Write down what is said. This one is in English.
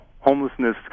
homelessness